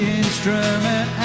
instrument